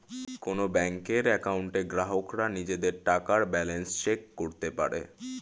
কোন ব্যাংকের অ্যাকাউন্টে গ্রাহকরা নিজেদের টাকার ব্যালান্স চেক করতে পারে